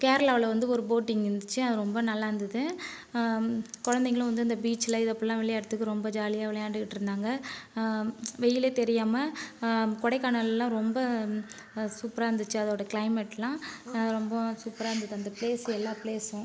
கேரளாவில் வந்து ஒரு போட்டிங் இருந்துச்சு அது ரொம்ப நல்லாயிருந்தது குழந்தைகளும் வந்து இந்த பீச்சில் அப்படிலாம் விளையாடுறதுக்கு ரொம்ப ஜாலியாக விளையாண்டுட்டு இருந்தாங்க வெயில் தெரியாமல் கொடைக்கானலில் ரொம்ப சூப்பராக இருந்துச்சு அதோடய க்ளைமேட்லாம் ரொம்ப சூப்பராக இருந்தது அந்த ப்லேஸ் எல்லா ப்லேஸும்